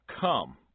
come